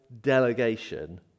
delegation